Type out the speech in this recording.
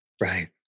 Right